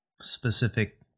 specific